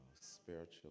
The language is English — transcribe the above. spiritual